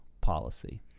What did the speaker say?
policy